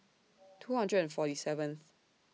two hundred and forty seventh